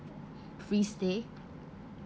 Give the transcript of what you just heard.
free stay